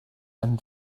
and